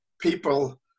people